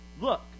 Look